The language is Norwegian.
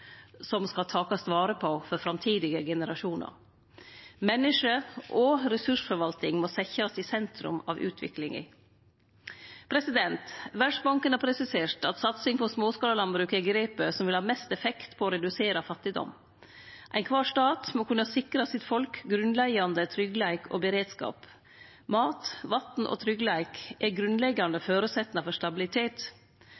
som skal takast vare på for framtidige generasjonar. Menneske og ressursforvalting må setjast i sentrum av utviklinga. Verdsbanken har presisert at satsing på småskala landbruk er grepet som vil ha mest effekt på å redusere fattigdom. Ein kvar stat må kunne sikre sitt folk grunnleggjande tryggleik og beredskap. Mat, vatn og tryggleik er grunnleggjande